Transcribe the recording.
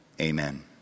Amen